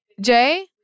Jay